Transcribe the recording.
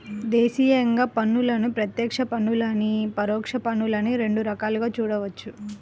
దేశీయంగా పన్నులను ప్రత్యక్ష పన్నులనీ, పరోక్ష పన్నులనీ రెండు రకాలుగా చూడొచ్చు